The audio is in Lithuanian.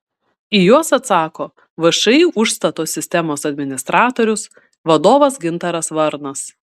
į juos atsako všį užstato sistemos administratorius vadovas gintaras varnas